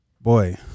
boy